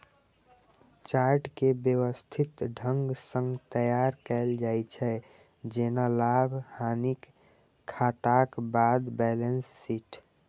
chart कें व्यवस्थित ढंग सं तैयार कैल जाइ छै, जेना लाभ, हानिक खाताक बाद बैलेंस शीट